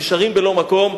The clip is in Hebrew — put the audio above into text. נשארים בלא מקום.